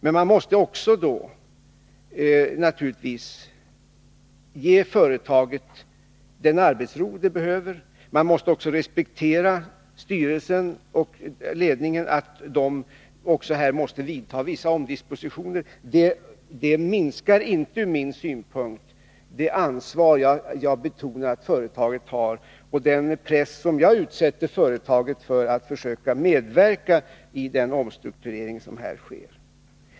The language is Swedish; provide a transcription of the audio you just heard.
Men då måste man också ge företaget den arbetsro som det behöver och respektera att styrelsen och ledningen här måste vidta vissa omdispositioner. Det minskar inte det ansvar som jag betonar att företaget har och den press som jag utsätter företaget för då det gäller att försöka medverka i den omstrukturering som här sker.